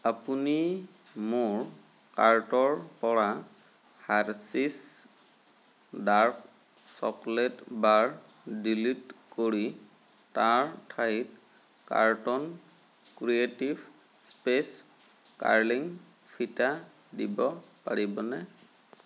আপুনি মোৰ কাৰ্টৰ পৰা Hershey's dark chocolate bar delete কৰি তাৰ ঠাইত কাৰ্টন ক্ৰিয়েটিভ স্পেচ কাৰ্লিং ফিতা দিব পাৰিবনে